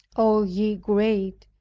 o ye great,